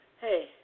hey